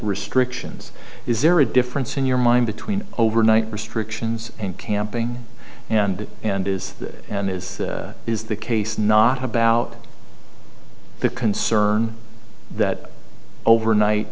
restrictions is there a difference in your mind between overnight restrictions and camping and and is that and is is the case not about the concern that overnight